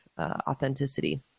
authenticity